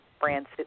brands